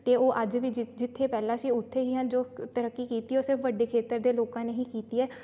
ਅਤੇ ਉਹ ਅੱਜ ਵੀ ਜਿੱਥੇ ਪਹਿਲਾਂ ਸੀ ਉੱਥੇ ਹੀ ਹਨ ਜੋ ਤਰੱਕੀ ਕੀਤੀ ਹੈ ਉਹ ਸਿਰਫ ਵੱਡੇ ਖੇਤਰ ਦੇ ਲੋਕਾਂ ਨੇ ਹੀ ਕੀਤੀ ਹੈ